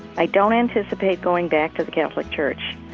i don't anticipate going back to the catholic church,